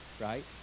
right